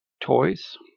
toys